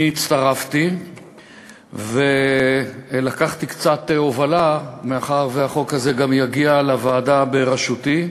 אני הצטרפתי ולקחתי קצת הובלה מאחר שהחוק הזה גם הגיע לוועדה בראשותי.